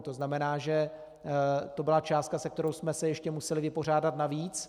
To znamená, že to byla částka, se kterou jsme se ještě museli vypořádat navíc.